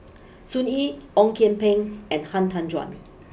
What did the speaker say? Sun Yee Ong Kian Peng and Han Tan Juan